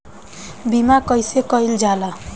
बीमा कइसे कइल जाला?